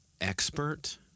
expert